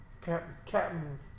captain